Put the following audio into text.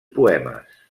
poemes